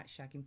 shagging